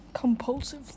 Compulsive